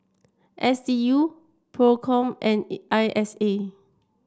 S D U Procom and I S A